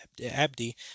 abdi